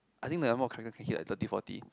I think the number of character can hit like thirty forty